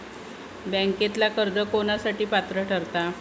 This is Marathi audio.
बँकेतला कर्ज कोणासाठी पात्र ठरता?